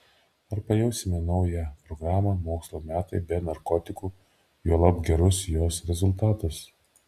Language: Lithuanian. ar pajausime naują programą mokslo metai be narkotikų juolab gerus jos rezultatus